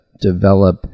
develop